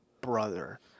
brother